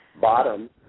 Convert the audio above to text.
bottom